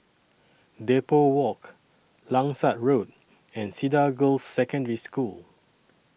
Depot Walk Langsat Road and Cedar Girls' Secondary School